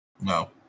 No